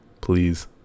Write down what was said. Please